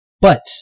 But-